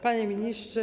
Panie Ministrze!